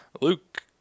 Luke